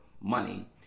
money